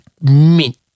mint